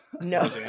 No